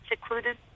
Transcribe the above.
secluded